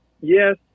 Yes